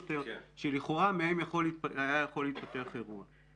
יותר שלכאורה מהם היה יכול להתפתח אירוע.